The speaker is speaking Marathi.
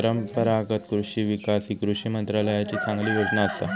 परंपरागत कृषि विकास ही कृषी मंत्रालयाची चांगली योजना असा